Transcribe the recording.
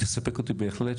תספק אותי בהחלט,